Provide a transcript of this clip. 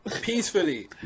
Peacefully